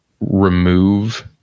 remove